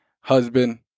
husband